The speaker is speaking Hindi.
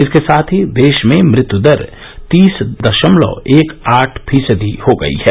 इसके साथ ही देश में मृत्यु दर तीस दशमलव एक आठ प्रतिशत हो गई है